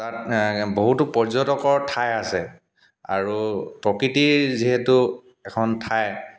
তাত বহুতো পৰ্য্যটকৰ ঠাই আছে আৰু প্ৰকৃতিৰ যিহেতু এখন ঠাই